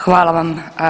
Hvala vam.